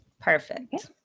Perfect